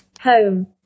Home